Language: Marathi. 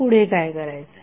आता पुढे काय करायचे